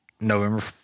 November